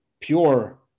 pure